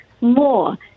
more